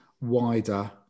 wider